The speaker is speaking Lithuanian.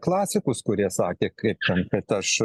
klasikus kurie sakė kaip ten kad aš